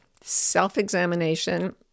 self-examination